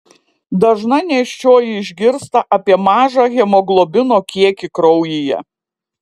dažna nėščioji išgirsta apie mažą hemoglobino kiekį kraujyje